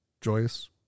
Joyous